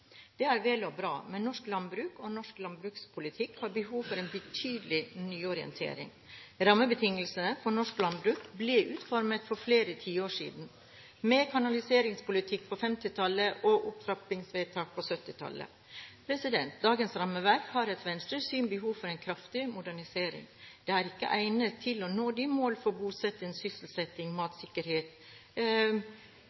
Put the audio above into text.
Det er vel og bra, men norsk landbruk og norsk landbrukspolitikk har behov for en betydelig nyorientering. Rammebetingelsene for norsk landbruk ble utformet for flere tiår siden, med kanaliseringspolitikk på 1950-tallet og opptrappingsvedtak på 1970-tallet. Dagens rammeverk har etter Venstres syn behov for en kraftig modernisering. Det er ikke egnet til å nå de mål for bosetting, sysselsetting,